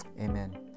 amen